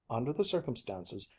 under the circumstances,